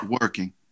working